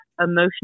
emotional